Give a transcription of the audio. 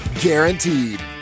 guaranteed